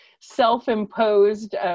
self-imposed